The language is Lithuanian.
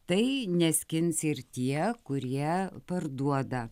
tai neskins ir tie kurie parduoda